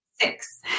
Six